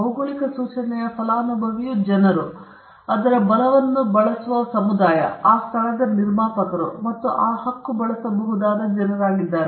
ಭೌಗೋಳಿಕ ಸೂಚನೆಯ ಫಲಾನುಭವಿಯು ಜನರು ಅದರ ಬಲವನ್ನು ಬಳಸುವ ಸಮುದಾಯ ಆ ಸ್ಥಳದಿಂದ ನಿರ್ಮಾಪಕರು ಅವರು ಆ ಹಕ್ಕು ಬಳಸಬಹುದಾದ ಜನರಾಗಿದ್ದಾರೆ